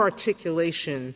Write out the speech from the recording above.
articulation